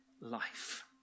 life